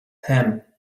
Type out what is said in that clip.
ham